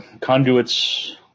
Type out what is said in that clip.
conduits